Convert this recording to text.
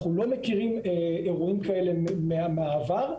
אנחנו לא מכירים אירועים כאלה מהעבר.